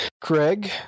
Craig